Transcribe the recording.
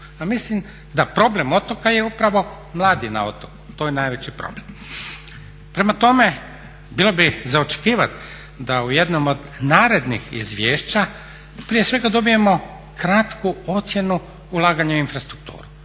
mislim da problem otoka je upravo mladi na otoku, to je najveći problem. Prema tome, bilo bi za očekivati da u jednom od narednih izvješća prije svega dobijemo kratku ocjenu ulaganja u infrastrukturu.